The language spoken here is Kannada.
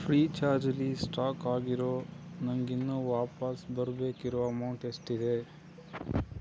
ಫ್ರೀ ಚಾರ್ಜ್ ಲಿ ಸ್ಟಾಕ್ ಆಗಿರೋ ನನಗಿನ್ನೂ ವಾಪಸ್ ಬರ್ಬೇಕಿರೋ ಅಮೌಂಟ್ ಎಷ್ಟಿದೆ